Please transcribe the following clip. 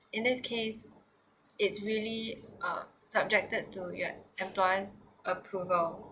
in this case it's really uh subjected to your employer approval